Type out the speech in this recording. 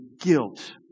guilt